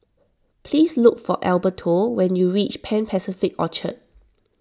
pease look for Alberto when you reach Pan Pacific Orchard